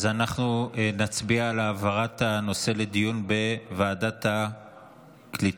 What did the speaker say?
אז אנחנו נצביע על העברת הנושא לדיון בוועדת הקליטה.